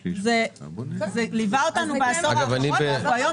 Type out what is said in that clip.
זה ליווה אותנו בעשור האחרון והיום